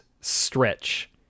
stretch